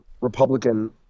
Republican